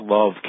Love